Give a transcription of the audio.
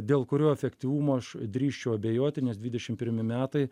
dėl kurio efektyvumo aš drįsčiau abejoti nes dvidešim pirmi metai